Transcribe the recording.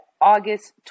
August